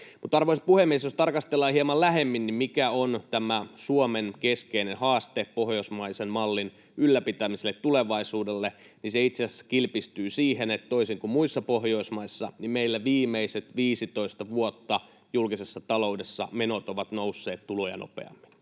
Arvoisa puhemies! Jos tarkastellaan hieman lähemmin, mikä on tämä Suomen keskeinen haaste pohjoismaisen mallin ylläpitämiselle tulevaisuudessa, niin se itse asiassa kilpistyy siihen, että toisin kuin muissa Pohjoismaissa meillä viimeiset 15 vuotta julkisessa ta-loudessa menot ovat nousseet tuloja nopeammin